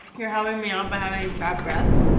you're helping me out by having bad breath?